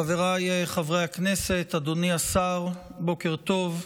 חבריי חברי הכנסת, אדוני השר, בוקר טוב.